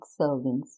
servings